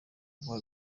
guha